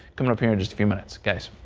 coming up in and just a few minutes guys.